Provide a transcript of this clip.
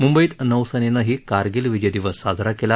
मुंबईत नौसेनेनंही कारगिल विजय दिवस साजरा केला